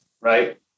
right